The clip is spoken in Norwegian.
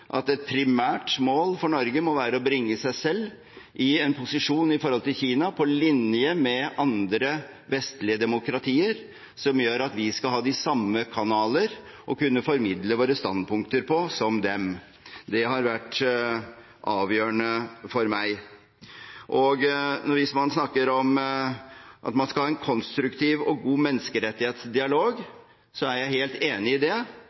at et primært mål for Norge når det gjelder Kina, må være å bringe oss selv i en posisjon på linje med andre vestlige demokratier, som gjør at vi skal ha de samme kanaler å kunne formidle våre standpunkter gjennom som dem. Det har vært avgjørende for meg. Hvis man snakker om at man skal ha en konstruktiv og god menneskerettighetsdialog, er jeg helt enig i det.